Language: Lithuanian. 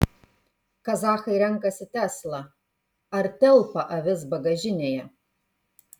kazachai renkasi tesla ar telpa avis bagažinėje